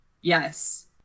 Yes